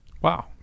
Wow